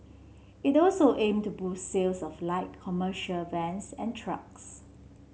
it also aim to boost sales of light commercial vans and trucks